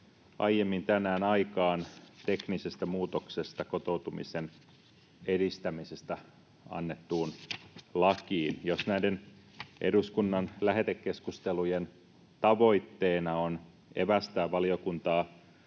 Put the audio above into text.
aiemmin tänään aikaan teknisestä muutoksesta kotoutumisen edistämisestä annettuun lakiin. Jos näiden eduskunnan lähetekeskustelujen tavoitteena on evästää valiokuntaa